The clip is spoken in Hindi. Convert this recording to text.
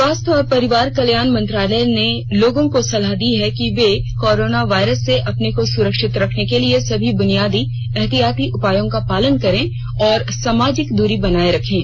स्वास्थ्य और परिवार कल्याण मंत्रालय ने लोगों को सलाह दी है कि वे नोवल कोरोना वायरस से अपने को सुरक्षित रखने के लिए सभी बुनियादी एहतियाती उपायों का पालन करें और सामाजिक दूरी बनाए रखें